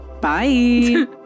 Bye